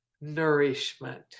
nourishment